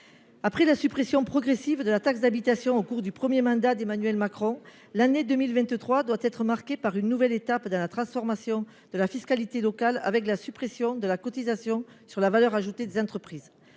Après la suppression progressive de la taxe d'habitation au cours du 1er mandat d'Emmanuel Macron l'année 2023 doit être marquée par une nouvelle étape de la transformation de la fiscalité locale, avec la suppression de la cotisation sur la valeur ajoutée des entreprises